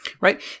Right